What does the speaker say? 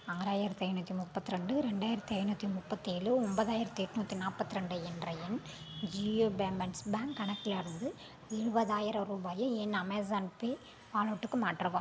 ஆறாயிரத்தி ஐநூற்றி முப்பத்திரெண்டு ரெண்டாயிரத்தி ஐநூற்றி முப்பத்தி ஏழு ஒம்போதாயிரத்தி எண்ணூற்றி நாற்பத்ரெண்டு என்ற என் ஜியோ பேமெண்ட்ஸ் பேங்க் கணக்கிலருந்து எழுபதாயிரம் ரூபாயை என் அமேசான் பே வாலெட்டுக்கு மாற்றவும்